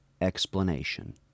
explanation